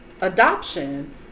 adoption